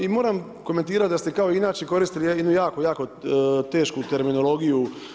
I moram komentirati da ste kao i inače koristili jednu jako, jako tešku terminologiju.